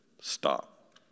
stop